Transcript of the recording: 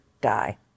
die